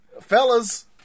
Fellas